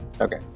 Okay